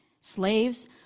Slaves